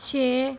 ਛੇ